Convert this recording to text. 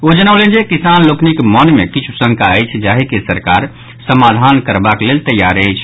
ओ जनौलनि जे किसान लोकनिक मन मे किछु शंका अछि जाहि के सरकार समाधान करबाक लेल तैयार अछि